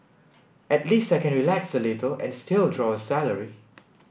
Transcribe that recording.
at least I can relax a little and still draw a salary